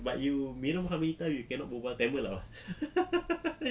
but you minum how many times you cannot berbual tamil [tau]